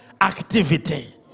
activity